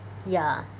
ya